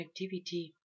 connectivity